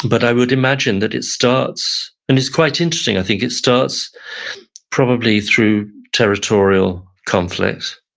but i would imagine that it starts, and it's quite interesting, i think it starts probably through territorial conflict.